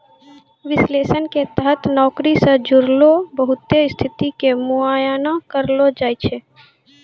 विश्लेषण के तहत नौकरी से जुड़लो बहुते स्थिति के मुआयना करलो जाय छै